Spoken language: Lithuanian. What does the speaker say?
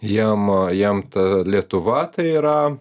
jiem jiem ta lietuva tai yra